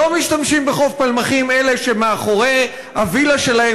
לא משתמשים בחוף פלמחים אלה שמאחורי הווילה שלהם